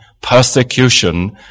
persecution